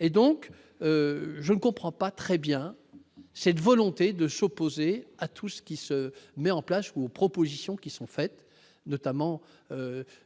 et donc je ne comprends pas très bien cette volonté de s'opposer à tout ce qui se met en place aux propositions qui sont faites, notamment